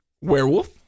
Werewolf